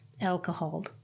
alcohol